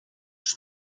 ist